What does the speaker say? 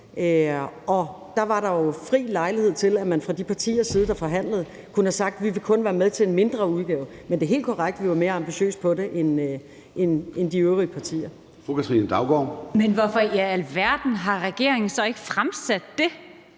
og der var der jo fri lejlighed til, at man fra de partiers side, der forhandlede, kunne have sagt, at man kun ville være med til en mindre udgave. Men det er helt korrekt, at vi var mere ambitiøse på det end de øvrige partier. Kl. 13:35 Formanden (Søren Gade): Fru Katrine